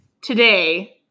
today